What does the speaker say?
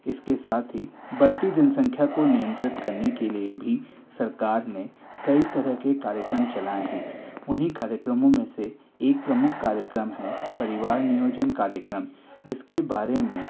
इसके साथ ही बढ़ती जनसंख्या को नियंत्रित करने के लिए भी सरकार ने कई तरह के कार्यक्रम चलाए हैं उन्हीं कार्यक्रमों में से एक प्रमुख कार्यक्रम है परिवार नियोजन कार्यक्रम जिसके बारे में